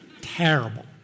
Terrible